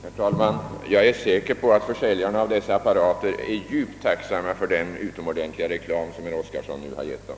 Herr talman! Jag är säker på att försäljarna av dessa apparater är djupt tacksamma för den utomordentliga reklam som herr Oskarson nu har gett dem.